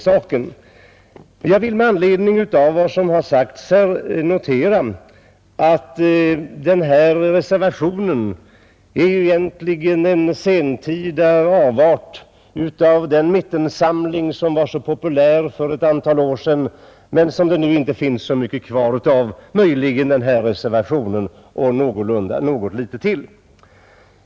Jag vill emellertid med anledning av vad som har sagts här konstatera att reservationen 1 egentligen är en sentida avart av den mittensamling som var så populär för ett antal år sedan men som det nu inte finns så mycket kvar av — möjligen den här reservationen och något litet till.